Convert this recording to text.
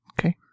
Okay